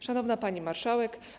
Szanowna Pani Marszałek!